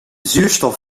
zuurstof